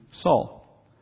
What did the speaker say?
Saul